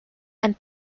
and